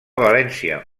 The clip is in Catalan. valència